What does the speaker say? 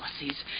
policies